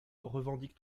revendique